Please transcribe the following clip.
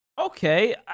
Okay